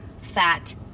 fat